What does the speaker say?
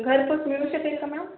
घरपोच मिळू शकेल का मॅम